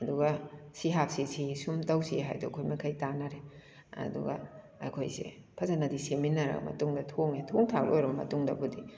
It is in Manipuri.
ꯑꯗꯨꯒ ꯁꯤ ꯍꯥꯞꯁꯤ ꯁꯤ ꯁꯨꯝ ꯇꯧꯁꯤ ꯍꯥꯏꯗꯣ ꯑꯩꯈꯣꯏ ꯃꯈꯩ ꯇꯥꯟꯅꯔꯦ ꯑꯗꯨꯒ ꯑꯩꯈꯣꯏꯁꯦ ꯐꯖꯅꯗꯤ ꯁꯦꯝꯃꯤꯟꯅꯔꯕ ꯃꯇꯨꯡꯗ ꯊꯣꯡꯑꯦ ꯊꯣꯡ ꯊꯥꯛ ꯂꯣꯏꯔꯕ ꯃꯇꯨꯡꯗꯕꯨꯗꯤ